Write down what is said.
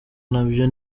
nabyo